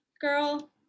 Girl